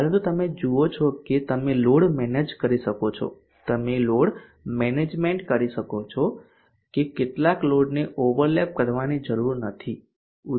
પરંતુ તમે જુઓ છો કે તમે લોડ મેનેજ કરી શકો છો તમે લોડ મેનેજમેન્ટ કરી શકો છો કે કેટલાક લોડને ઓવરલેપ કરવાની જરૂર નથી